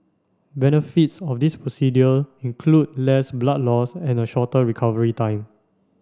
benefits of this procedure include less blood loss and a shorter recovery time